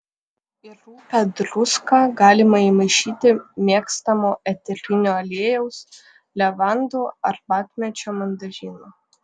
į rupią druską galima įmaišyti mėgstamo eterinio aliejaus levandų arbatmedžio mandarinų